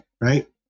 Right